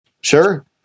Sure